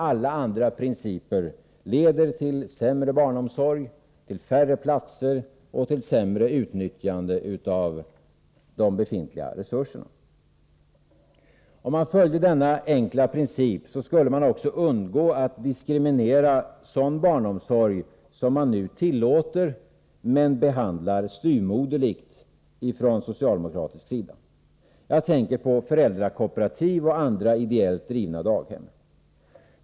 Alla andra principer leder till sämre barnomsorg, till färre platser och till sämre utnyttjande av befintliga resurser. Om man följde denna enkla princip, skulle man också undgå att diskriminera sådan barnomsorg som man nu tillåter, men behandlar styvmoderligt från socialdemokratisk sida. Jag tänker på föräldrakooperativ och andra ideellt drivna daghem.